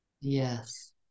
Yes